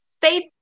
faith